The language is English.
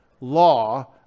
law